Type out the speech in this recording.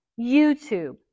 YouTube